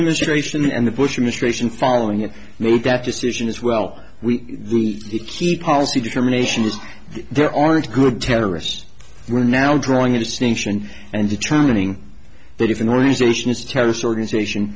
administration and the bush administration following it made that decision as well we keep policy determination that there aren't good terrorists we're now drawing a distinction and determining that if an organization is a terrorist organization